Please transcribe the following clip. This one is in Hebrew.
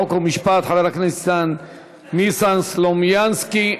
חוק ומשפט חבר הכנסת ניסן סלומינסקי.